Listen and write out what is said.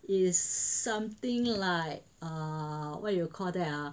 is something like err what do you call that ah